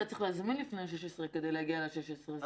צריך להזמין לפני ה-16 כדי להגיע ב-16.